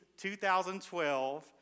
2012